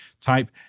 Type